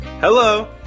Hello